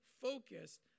focused